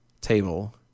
table